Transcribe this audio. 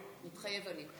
מתחייב אני.